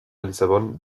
lissabon